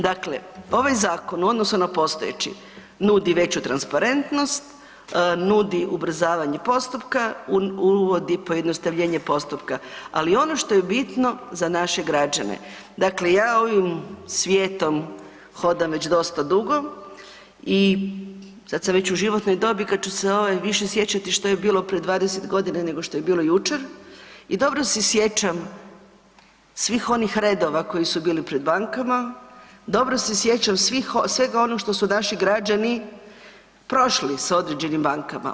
Dakle, ovaj zakon u odnosu na postojeći nudi veću transparentnost, nudi ubrzavanje postupka, uvodi pojednostavljenje postupka, ali ono što je bitno za naše građane, dakle ja ovim svijetom hodam već dosta dugo i sad sam već u životnoj dobi kad ću se ovaj više sjećati što je bilo prije 20 godina nego što je bilo jučer i dobro se sjećam svih onih redova koji su bili pred bankama, dobro se sjećam svega onoga što su naši građani prošli s određenim bankama.